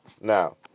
Now